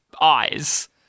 eyes